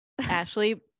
Ashley